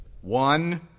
one